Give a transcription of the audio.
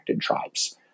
tribes